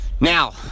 now